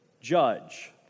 judge